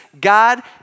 God